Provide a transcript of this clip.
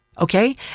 Okay